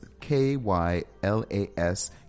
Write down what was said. k-y-l-a-s